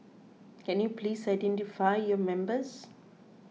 can you please identify your members